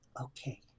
Okay